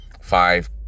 five